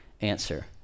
answer